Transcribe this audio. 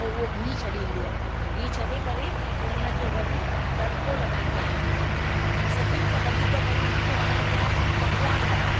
पो उहो घीउ छॾींदी आहे घीउ छॾे करे पोइ हुन खे वरी तड़िको लॻाईंदा आहियूं ऐं सभिनि खां वधीक वरी मूंखे वणंदी आहे पकवानु दालि